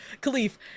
Khalif